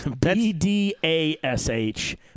B-D-A-S-H